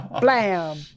Blam